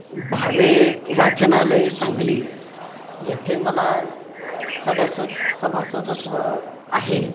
भावे वाचनालय सांगली येथे मला सभासद सभासदत्व आहे